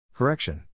Correction